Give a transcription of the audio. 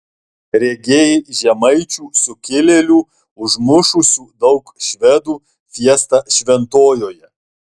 regėjai žemaičių sukilėlių užmušusių daug švedų fiestą šventojoje